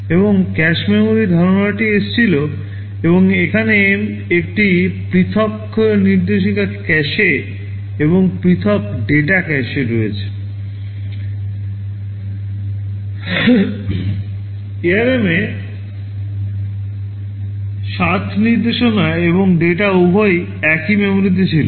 এবং ক্যাশে মেমরির ধারণাটি এসেছিল এবং এখানে একটি পৃথক নির্দেশিকা ক্যাশে এবং পৃথক ডেটা ক্যাশে রয়েছে ARM 7 এ নির্দেশনা এবং ডেটা উভয়ই একই মেমরিতে ছিল